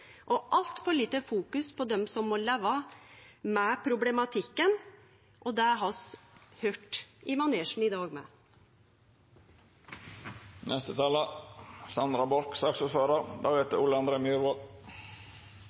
og altfor lita fokusering på dei som må leve med problematikken. Det har vi høyrt i manesjen i dag